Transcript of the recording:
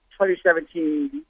2017